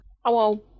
Hello